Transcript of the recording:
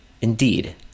Indeed